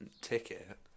ticket